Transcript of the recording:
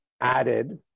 added